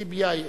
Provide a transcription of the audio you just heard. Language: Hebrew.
טיבְּיָיֵב.